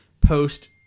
post